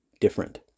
different